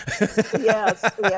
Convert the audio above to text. Yes